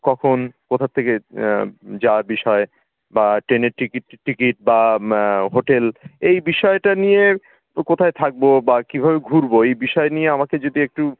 কখন কোথার থেকে যা বিষয় বা টেনের টিকিট টিকিট বা হোটেল এই বিষয়টা নিয়ে কো কোথায় থাকবো বা কীভাবে ঘুরবো এই বিষয় নিয়ে আমাকে যদি একটু